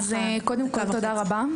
קודם כול, תודה רבה.